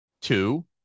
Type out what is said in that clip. two